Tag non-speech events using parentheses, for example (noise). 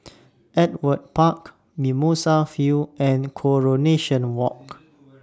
(noise) Ewart Park Mimosa View and Coronation Walk